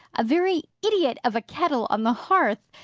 a very idiot of a kettle, on the hearth.